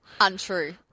Untrue